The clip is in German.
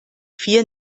vier